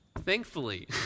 Thankfully